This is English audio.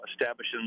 establishing